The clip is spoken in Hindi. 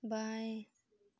बाएँ